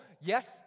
Yes